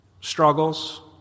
Struggles